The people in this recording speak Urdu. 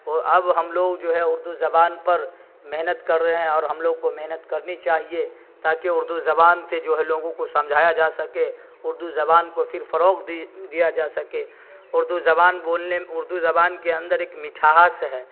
اور اب ہم لوگ جو ہے اردو زبان پر محنت کر رہے ہیں اور ہم لوگ کو محنت کرنی چاہیے تاکہ اردو زبان سے جو لوگوں کو سمجھایا جا سکے اردو زبان کو پھر فروغ دی دیا جا سکے اردو زبان بولنے اردو زبان کے اندر ایک مٹھاس ہے